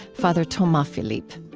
father thomas philippe.